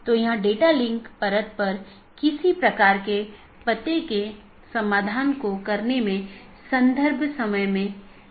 तो इसका मतलब है अगर मैं AS1 के नेटवर्क1 से AS6 के नेटवर्क 6 में जाना चाहता हूँ तो मुझे क्या रास्ता अपनाना चाहिए